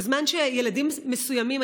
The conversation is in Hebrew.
בזמן שילדים מסוימים,